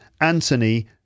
Anthony